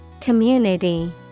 Community